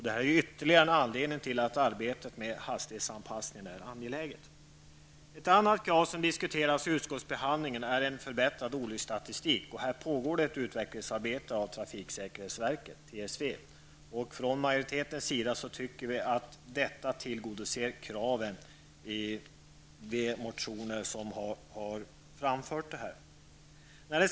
Detta är en ytterligare anledning till att arbetet med hastighetsanpassning är angeläget. Ett annat krav som diskuteras i utskottsbehandlingen är en förbättrad olycksstatistik. Här pågår ett utvecklingsarbete av trafiksäkerhetsverket, TSV. Från majoritetens sida tycker vi att detta tillgodoser de motioner som framför det här kravet.